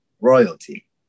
royalty